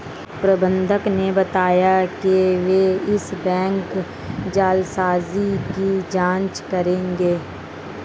प्रबंधक ने बताया कि वो इस बैंक जालसाजी की जांच करेंगे